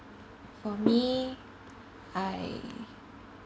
for me I